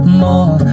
more